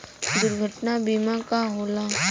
दुर्घटना बीमा का होला?